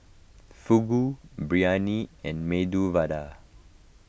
Fugu Biryani and Medu Vada